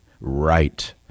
Right